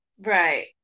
Right